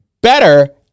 better